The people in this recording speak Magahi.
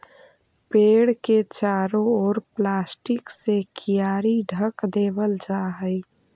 पेड़ के चारों ओर प्लास्टिक से कियारी ढँक देवल जा हई